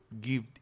give